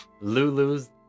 Lulu's